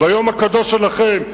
ביום הקדוש שלכם,